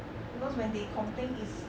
because when they complain is